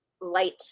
light